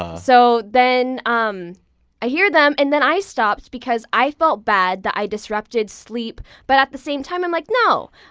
ah so then um i hear them, and then i stopped because i felt bad that i disrupted sleep but at the same time i'm like, no!